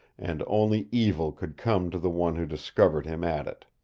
and only evil could come to the one who discovered him at it.